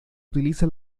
utiliza